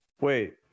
Wait